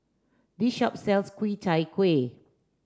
this shop sells Ku Chai Kuih